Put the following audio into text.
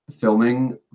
filming